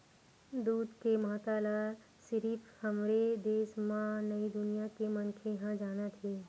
दूद के महत्ता ल सिरिफ हमरे देस म नइ दुनिया के मनखे ह जानत हे